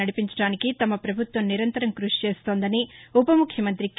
నడిపించడానికి తమ వభుత్వం నిరంతరం కృషి చేస్తోందని ఉవ ముఖ్యమంత్రి ె కె